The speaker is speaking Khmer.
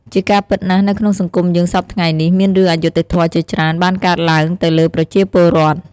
ជាការពិតណាស់នៅក្នុងសង្គមយើងសព្វថ្ងៃនេះមានរឿងអយុត្ដិធម៌ជាច្រើនបានកើតឡើងទៅលើប្រជាពលរដ្ឋ។